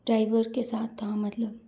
driver के साथ हाँ मतलब